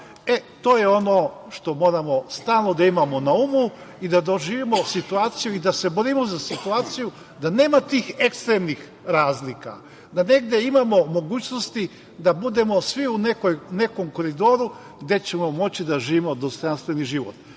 To je ono što moramo stalno da imamo na umu i da doživimo situaciju i da se borimo za situaciju da nema tih ekstremnih razlika, da negde imamo mogućnosti da budemo svi u nekom koridoru gde ćemo moći da živimo dostojanstveni život. Ne